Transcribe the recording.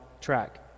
track